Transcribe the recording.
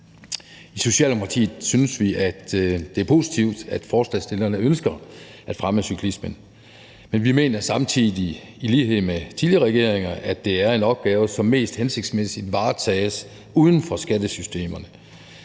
I Socialdemokratiet synes vi, at det er positivt, at forslagsstillerne ønsker at fremme cyklismen, men vi mener samtidig, i lighed med tidligere regeringer, at det er en opgave, som mest hensigtsmæssigt varetages uden for skattesystemerne.